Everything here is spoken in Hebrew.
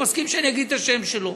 הוא מסכים שאני אגיד את השם שלו,